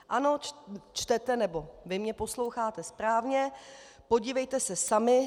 Ano, čtete, nebo vy mě posloucháte, správně, podívejte se sami.